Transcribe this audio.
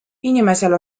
inimesel